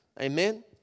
Amen